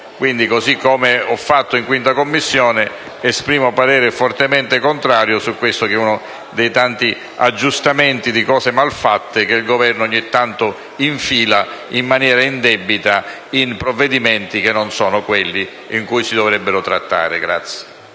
così come ho fatto in 5a Commissione, esprimo parere fortemente contrario su questo emendamento, che è uno dei tanti aggiustamenti di cose mal fatte che il Governo ogni tanto infila in maniera indebita in provvedimenti che non sono quelli in cui si dovrebbero trattare.